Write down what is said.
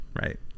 Right